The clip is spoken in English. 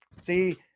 See